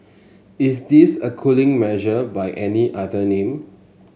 is this a cooling measure by any other name